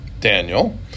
Daniel